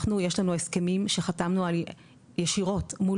אנחנו יש לנו הסכמים שחתמנו ישירות מול